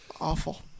awful